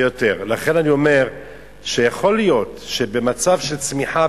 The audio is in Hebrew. לכן אני אומר שיכול להיות שבמצב של צמיחה,